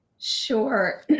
sure